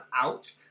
out